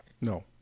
No